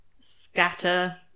scatter